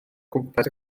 gwmpas